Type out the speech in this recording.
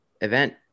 event